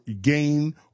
gain